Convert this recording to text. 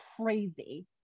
crazy